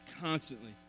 constantly